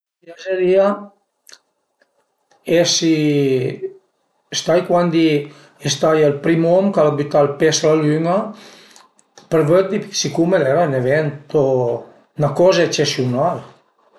A m'piazerìa esi stait cuandi a ie staie ël prim om ch'al a bütà ël prim pe s'la lün-a për vëddi sicume al era ün evento, 'na coza ecesiunal